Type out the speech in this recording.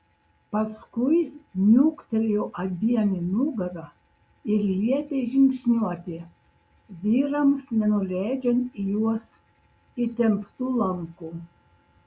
paskui niuktelėjo abiem į nugarą ir liepė žingsniuoti vyrams nenuleidžiant į juos įtemptų lankų